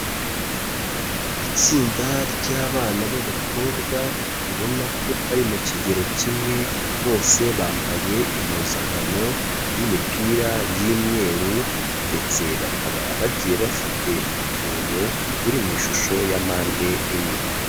Itsinda ry'abana b'abakobwa, ubona ko bari mu kigero kimwe, bose bambaye impuzankano y'imipira y'imyeru, ndetse bakaba bagiye bafite utuntu turi mu ishusho ya mpande enye.